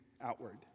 outward